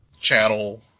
channel